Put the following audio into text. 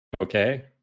Okay